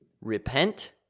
Repent